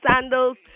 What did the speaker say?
sandals